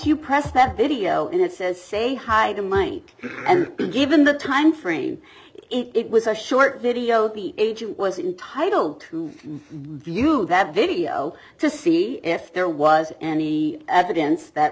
you press that video and it says say hi to mine and given the time frame it was a short video the agent was entitle to view that video to see if there was any evidence that